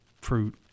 fruit